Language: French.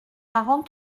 marrant